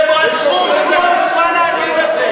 הם רצחו, וזו חוצפה להגיד את זה.